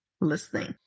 listening